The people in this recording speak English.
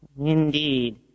Indeed